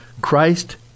Christ